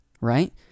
right